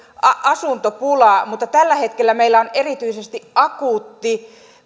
asuntopula mutta tällä hetkellä meillä on erityisesti akuutti